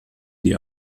die